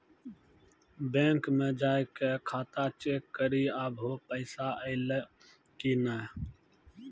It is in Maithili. बैंक मे जाय के खाता चेक करी आभो पैसा अयलौं कि नै